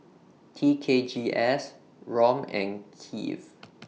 T K G S Rom and Kiv